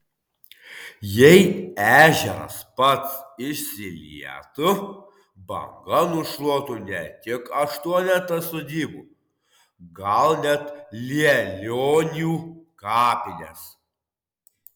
jei ežeras pats išsilietų banga nušluotų ne tik aštuonetą sodybų gal net lielionių kapines